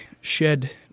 shed